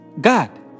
God